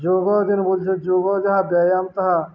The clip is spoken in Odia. ଯୋଗ ଯେନେ ବୁଲଛେ ଯୋଗ ଯାହା ବ୍ୟାୟାମ ତାହା